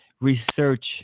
research